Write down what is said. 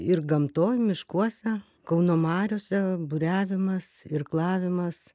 ir gamtoj miškuose kauno mariose buriavimas irklavimas